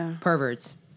perverts